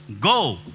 go